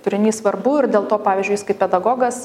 turinys svarbu ir dėl to pavyzdžiui jis kaip pedagogas